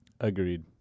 Agreed